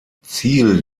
ziel